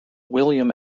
william